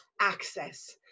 access